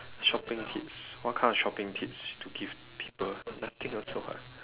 shopping tips what kind of shopping tips to give people nothing also [what]